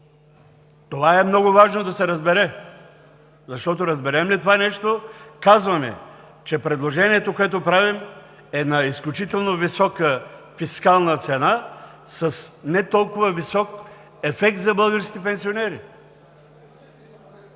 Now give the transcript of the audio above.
Това е много важно да се разбере, защото разберем ли това нещо, казваме, че предложението, което правим, е на изключително висока фискална цена, с не толкова висок ефект за българските пенсионери.